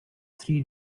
three